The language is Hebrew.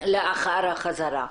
לאחר החזרה.